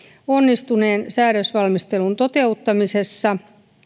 onnistuneen säädösvalmistelun toteuttamisessa